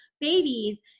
babies